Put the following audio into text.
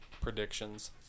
predictions